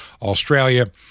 Australia